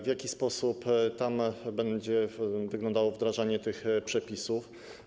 W jaki sposób będzie tam wyglądało wdrażanie tych przepisów?